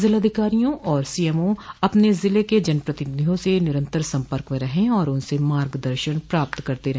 जिलाधिकारियों और सीएमओ अपने जिले के जनप्रतिनिधियों से निरन्तर सम्पर्क में रहे और उनसे मार्ग दर्शन प्राप्त करते रहे